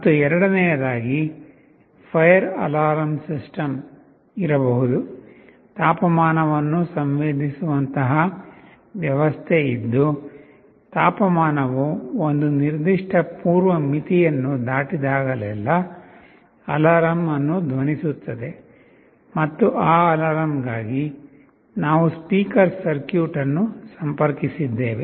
ಮತ್ತು ಎರಡನೆಯದಾಗಿ fire alarm system ಇರಬಹುದು ತಾಪಮಾನವನ್ನು ಸಂವೇದಿಸುವಂತಹ ವ್ಯವಸ್ಥೆ ಇದ್ದು ತಾಪಮಾನವು ಒಂದು ನಿರ್ದಿಷ್ಟ ಪೂರ್ವ ಮಿತಿಯನ್ನು ದಾಟಿದಾಗಲೆಲ್ಲಾ ಅಲಾರಂ ಅನ್ನು ಧ್ವನಿಸುತ್ತದೆ ಮತ್ತು ಆ ಅಲಾರಂಗಾಗಿ ನಾವು ಸ್ಪೀಕರ್ ಸರ್ಕ್ಯೂಟ್ ಅನ್ನು ಸಂಪರ್ಕಿಸಿದ್ದೇವೆ